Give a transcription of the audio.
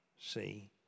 See